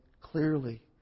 clearly